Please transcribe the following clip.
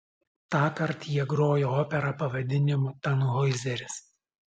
tąkart jie grojo operą pavadinimu tanhoizeris